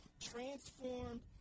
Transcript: transformed